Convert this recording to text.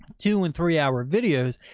two and three hour videos.